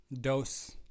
Dose